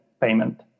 payment